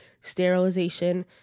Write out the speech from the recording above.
sterilization